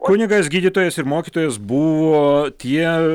kunigas gydytojas ir mokytojas buvo tie